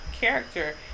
character